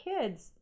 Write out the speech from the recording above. kids